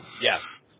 Yes